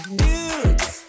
dudes